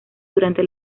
durante